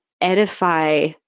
edify